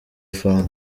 fanta